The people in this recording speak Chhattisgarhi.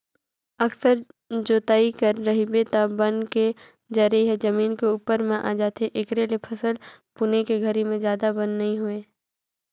अकरस जोतई करे रहिबे त बन के जरई ह जमीन के उप्पर म आ जाथे, एखरे ले फसल बुने के घरी में जादा बन नइ होय